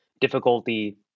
difficulty